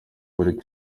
buri